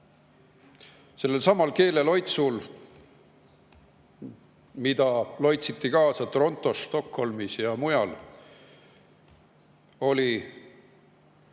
Sellelsamal keeleloitsul, mida loitsiti kaasa Torontos, Stockholmis ja mujal, esitati